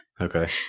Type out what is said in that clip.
okay